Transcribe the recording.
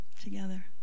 together